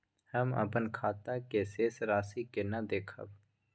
हम अपन खाता के शेष राशि केना देखब?